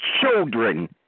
children